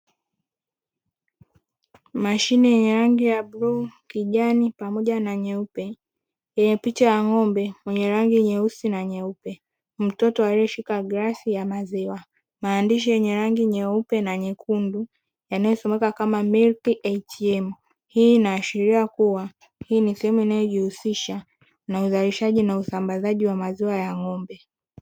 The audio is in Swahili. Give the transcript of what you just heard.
Mashine yenye rangi ya buluu, kijani pamoja na nyeupe yenye picha ya ng'ombe mwenye rangi nyeusi na nyeupe, mtoto aliyeshika glasi ya maziwa, maandishi yenye rangi nyeupe na nyekundu yanayosomeka kama "milki ATM, hii inaashiria kuwa hii ni sehemu inayojihusisha, na uzalishaji na usambazaji wa maziwa ya ng'ombe.